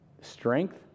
Strength